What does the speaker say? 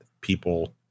people